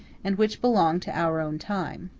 and which belong to our own time.